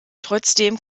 trotzdem